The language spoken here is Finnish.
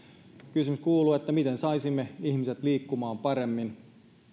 kysymys kuuluu miten saisimme ihmiset liikkumaan paremmin